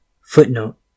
Footnote